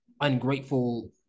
Ungrateful